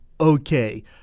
okay